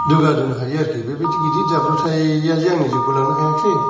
दुगा दुनो हायो आरोखि बेबादि गिदिर जाब्रबथाया जे आंनि जिउखौ लांनो हायाखिसै